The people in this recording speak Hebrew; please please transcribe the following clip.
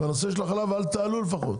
בנושא החלב, אל תעלו לפחות.